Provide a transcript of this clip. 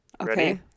Okay